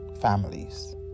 families